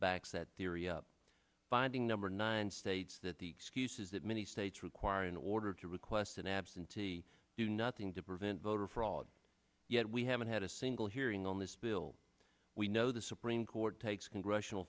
backs that theory up binding number nine states that the excuse is that many states require in order to request an absentee do nothing to prove voter fraud yet we haven't had a single hearing on this bill we know the supreme court takes congressional